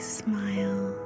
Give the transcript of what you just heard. smile